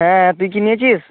হ্যাঁ তুই কি নিয়েছিস